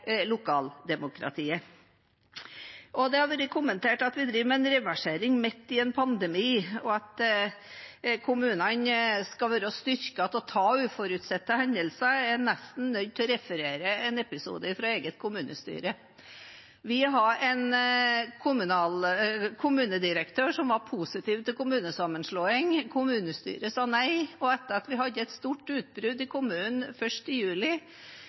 lokaldemokratiet. Det har vært kommentert at vi driver med en reversering midt i en pandemi, og at kommunene skal være styrket til å ta uforutsette hendelser. Jeg er nesten nødt til å referere en episode fra eget kommunestyre: Vi har en kommunedirektør som var positiv til kommunesammenslåing. Kommunestyret sa nei. Etter at vi hadde et stort utbrudd i kommunen først i juli,